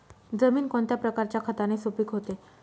जमीन कोणत्या प्रकारच्या खताने सुपिक होते?